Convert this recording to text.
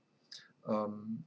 um